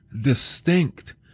distinct